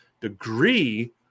degree